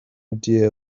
idea